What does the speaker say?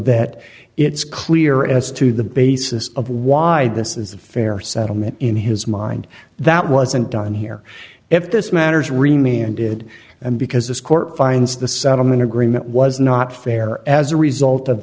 that it's clear as to the basis of why this is a fair settlement in his mind that wasn't done here if this matters remain ended and because this court finds the settlement agreement was not fair as a result of